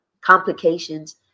complications